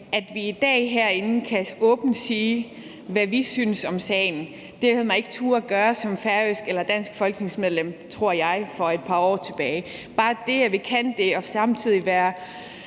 at vi i dag herinde åbent kan sige, hvad vi synes om sagen, havde man ikke turdet at gøre som færøsk eller dansk folketingsmedlem, tror jeg, for et par år tilbage. Bare det, at vi kan det og samtidig være